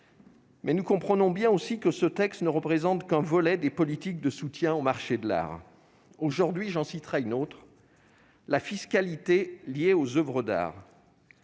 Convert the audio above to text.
avis. Nous comprenons bien aussi que ce texte ne représente qu'un seul volet des politiques de soutien au marché de l'art. Aujourd'hui, j'en évoquerai un autre : la fiscalité liée aux oeuvres d'art.